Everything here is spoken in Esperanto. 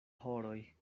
horoj